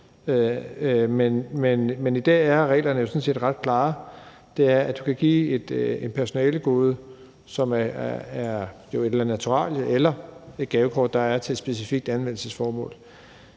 Men i dag er reglerne sådan set ret klare. Du kan give et personalegode, som er en eller anden form for naturalier eller et gavekort med et specifikt anvendelsesformål